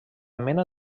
mena